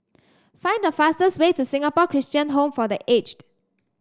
find the fastest way to Singapore Christian Home for The Aged